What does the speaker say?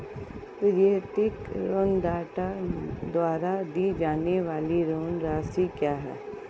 प्रत्येक ऋणदाता द्वारा दी जाने वाली ऋण राशि क्या है?